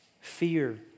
fear